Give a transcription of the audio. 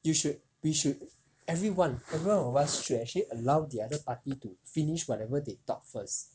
you should we should everyone everyone of us should actually allow the other party to finish whatever they talk first